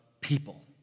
people